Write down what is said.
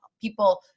people